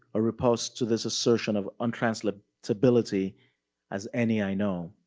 a repulse to this assertion of untranslatability as any i know.